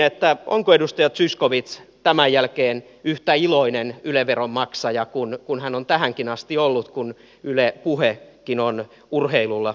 kysynkin onko edustaja zyskowicz tämän jälkeen yhtä iloinen yle veron maksaja kuin hän on tähänkin asti ollut kun yle puhekin on urheilulla tuhottu